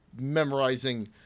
memorizing